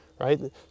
Right